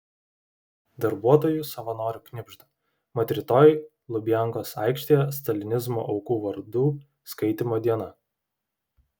darbuotojų savanorių knibžda mat rytoj lubiankos aikštėje stalinizmo aukų vardų skaitymo diena